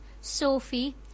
Sophie